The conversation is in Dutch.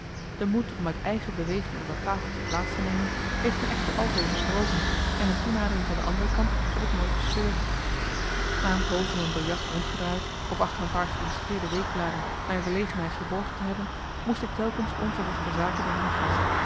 de moed om uit eigen beweging aan dat tafeltje plaats te nemen heeft me echter altoos ontbroken en een toenadering van de andere kant heb ik nooit bespeurd na een poos om een biljart rondgedraaid of achter een paar geïllustreerde weekbladen mijn verlegenheid verborgen te hebben moest ik telkens onverrichterzake weer heengaan